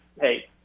hey